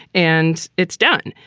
and it's done.